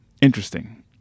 interesting